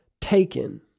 taken